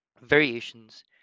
variations